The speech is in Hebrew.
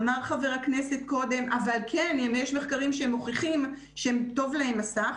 אמר חבר הכנסת קודם שיש מחקרים שמוכיחים שטוב להם מסך,